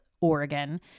Oregon